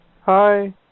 Hi